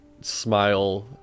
smile